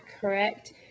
correct